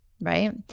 Right